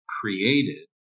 created